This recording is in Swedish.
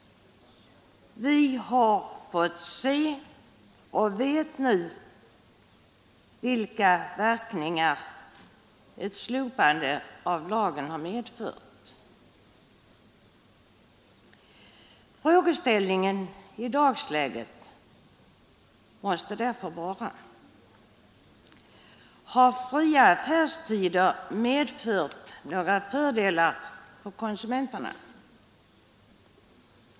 Vi vet nu vilka verkningar slopandet av lagen haft. Frågeställningen i dagsläget måste därför vara: Har fria affärstider medfört några fördelar för konsumenterna?